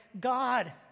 God